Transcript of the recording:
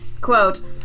Quote